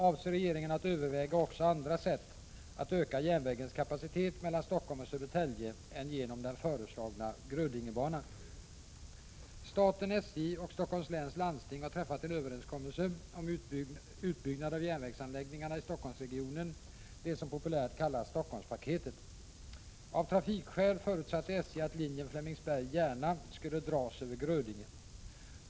Avser regeringen att överväga också andra sätt att öka järnvägens kapacitet mellan Stockholm och Södertälje än genom den föreslagna Grödingebanan? Staten, SJ och Stockholms läns landsting har träffat en överenskommelse om utbyggnad av järnvägsanläggningarna i Stockholmsregionen, det som populärt kallas Stockholmspaketet. Av trafikskäl förutsatte SJ att linjen Flemingsberg-Järna skulle dras över Grödinge.